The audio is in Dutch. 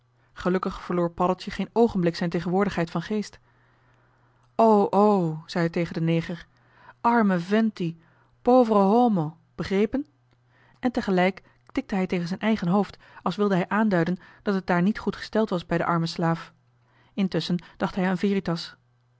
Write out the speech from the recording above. gelukkig verloor paddeltje geen oogenblik zijn tegenwoordigheid van geest o o zei hij tegen den neger arme vent die povero homo begrepen en tegelijk tikte hij tegen zijn eigen hoofd als wilde hij aanduiden dat het daar niet goed gesteld was bij den armen slaaf intusschen dacht hij aan